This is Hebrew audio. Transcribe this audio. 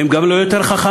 הם גם לא יותר חכמים,